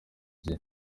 gihe